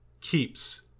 keeps